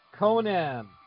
Conan